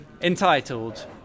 entitled